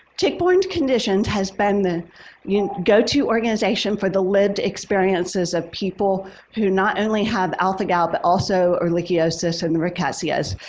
tick-borne condition has been the you know go to organization for the lived experiences of people who not only have alpha-gal but also ehrlichiosis and rickettsias.